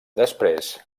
després